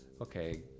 okay